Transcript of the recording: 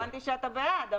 הבנתי שאתה בעד,